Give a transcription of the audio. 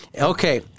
Okay